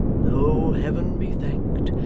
though, heaven be thanked,